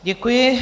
Děkuji.